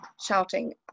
shouting